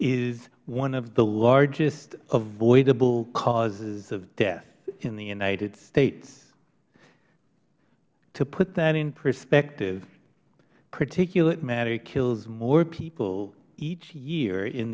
is one of the largest avoidable causes of death in the united states to put that in perspective particulate matter kills more people each year in